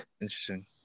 Interesting